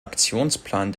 aktionsplan